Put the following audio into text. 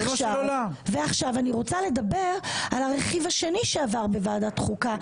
עכשיו אני רוצה לדבר על הרכיב השני שעבר בוועדת חוקה,